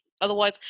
otherwise